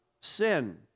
sin